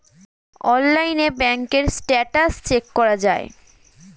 অনলাইনে ব্যাঙ্কের status check করা যায়